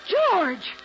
George